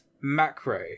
macro